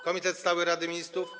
Komitet stały Rady Ministrów?